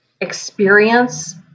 experience